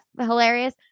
hilarious